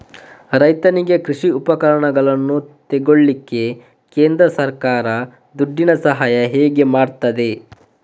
ರೈತನಿಗೆ ಕೃಷಿ ಉಪಕರಣಗಳನ್ನು ತೆಗೊಳ್ಳಿಕ್ಕೆ ಕೇಂದ್ರ ಸರ್ಕಾರ ದುಡ್ಡಿನ ಸಹಾಯ ಹೇಗೆ ಮಾಡ್ತದೆ?